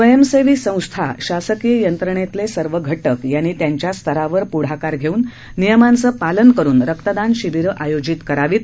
स्वयंसेवी संस्था शासकीय यंत्रणेतले सर्व घटक यांनी त्यांच्या स्तरावर प्ढाकार घेऊन नियमांचं पालन करुन रक्तदान शिबिरं आयोजित करावीत